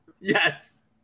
yes